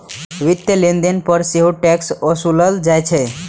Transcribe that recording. वित्तीय लेनदेन पर सेहो टैक्स ओसूलल जाइ छै